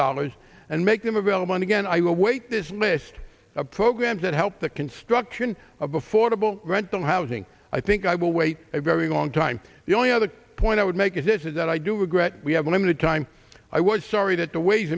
dollars and make them available and again i will wait this list of programs that help the construction of affordable rental housing i think i will wait a very long time the only other point i would make is this is that i do regret we have limited time i was sorry that the ways